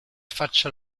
faccia